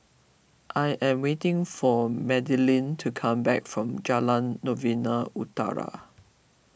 I am waiting for Madilynn to come back from Jalan Novena Utara